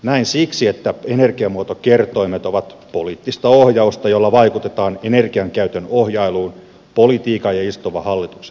näin siksi että energiamuotokertoimet ovat poliittista ohjausta jolla vaikutetaan energiankäytön ohjailuun politiikan ja istuvan hallituksen toimesta